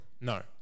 No